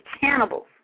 cannibals